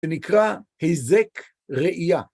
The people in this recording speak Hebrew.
שנקרא היזק ראייה.